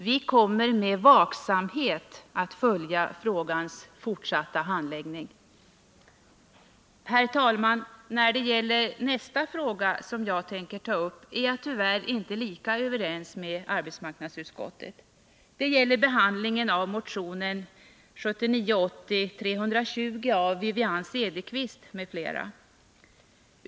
Vi kommer att med vaksamhet följa frågans fortsatta handläggning. Herr talman! När det gäller nästa fråga som jag tänker ta upp är jag tyvärr inte lika överens med arbetsmarknadsutskottet. Det gäller behandlingen av motionen 1979/80:320 av Wivi-Anne Cederqvist m.fl.